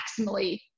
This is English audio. maximally